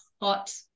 hot